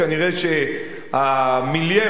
כנראה המיליה,